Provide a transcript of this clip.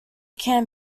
can